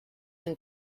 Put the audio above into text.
and